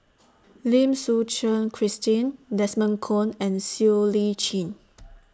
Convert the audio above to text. Lim Suchen Christine Desmond Kon and Siow Lee Chin